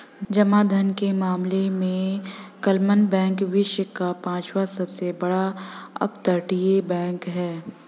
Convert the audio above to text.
जमा धन के मामले में क्लमन बैंक विश्व का पांचवा सबसे बड़ा अपतटीय बैंक है